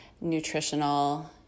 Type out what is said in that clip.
nutritional